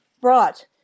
brought